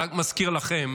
אני רק מזכיר לכם